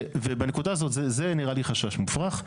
ובנקודה הזאת זה נראה לי חשש מופרך.